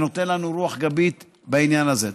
שנותן לנו רוח גבית בעניין הזה.